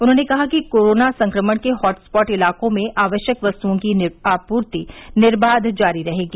उन्होंने कहा कि कोरोना संक्रमण के हॉटस्पॉट इलाकों में आवश्यक वस्तुओं की आपूर्ति निर्बाध जारी रहेगी